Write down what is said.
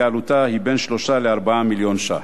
כי עלותה היא בין 3 ל-4 מיליון שקלים.